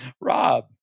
Rob